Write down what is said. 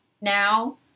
now